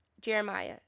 Jeremiah